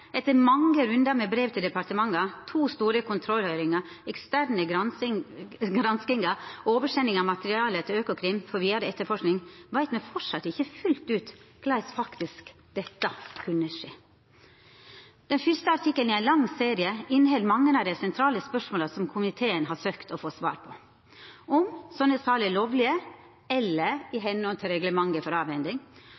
Etter mange rundar med brev til departementa, to store kontrollhøyringar, eksterne granskingar og oversending av materiale til Økokrim for vidare etterforsking veit me framleis ikkje fullt ut korleis dette faktisk kunne skje. Den første artikkelen i ein lang serie inneheld mange av dei sentrale spørsmåla som komiteen har søkt å få svar på: om slike sal er lovlege eller i